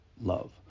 love